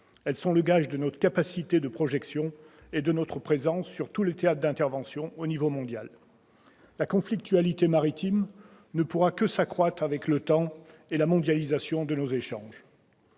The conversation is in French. Elles sont le gage de notre capacité de projection et de notre présence sur tous les théâtres d'intervention au niveau mondial. La conflictualité maritime ne pourra que s'accroître avec le temps et la mondialisation de nos échanges.